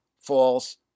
false